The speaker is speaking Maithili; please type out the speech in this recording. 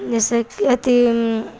जैसे अथी